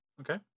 okay